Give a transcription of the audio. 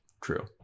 true